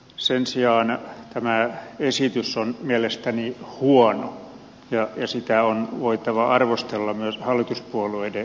sen sijaan tämä esitys on mielestäni huono ja sitä on voitava arvostella myös hallituspuolueiden edustajien toimesta